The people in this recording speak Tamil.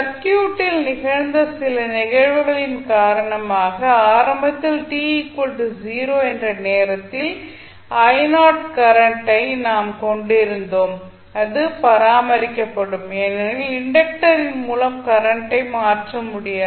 சர்க்யூட்டில் நிகழ்ந்த சில நிகழ்வுகளின் காரணமாக ஆரம்பத்தில் t 0 என்ற நேரத்தில் கரண்ட் ஐ நாம் கொண்டிருந்தோம் இது பராமரிக்கப்படும் ஏனெனில் இண்டக்டரின் மூலம் கரண்ட் ஐ மாற்ற முடியாது